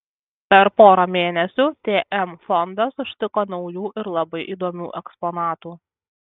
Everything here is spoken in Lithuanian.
per porą mėnesių tm fondas užtiko naujų ir labai įdomių eksponatų